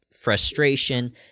frustration